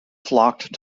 flocked